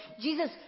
Jesus